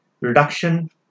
Reduction